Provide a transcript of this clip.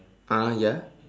ah ya